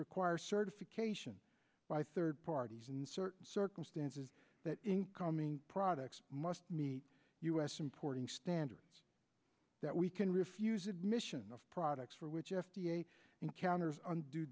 require certification by third parties and certain circumstances that incoming products must meet us importing standards that we can refuse admission of products for which f d a encounters und